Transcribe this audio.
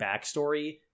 backstory